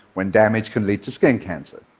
when damaged, can lead to skin cancer.